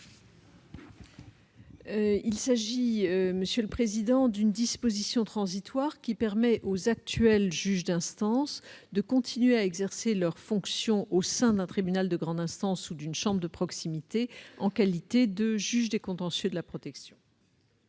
la garde des sceaux. Cette disposition transitoire permet aux actuels juges d'instance de continuer à exercer leurs fonctions au sein d'un tribunal de grande instance ou d'une chambre de proximité en qualité de juges des contentieux de la protection.